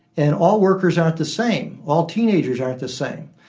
and all workers aren't the same. all teenagers aren't the same.